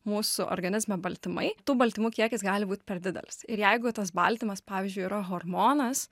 mūsų organizme baltymai tų baltymų kiekis gali būt per didelis ir jeigu tas baltymas pavyzdžiui yra hormonas